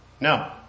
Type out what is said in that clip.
No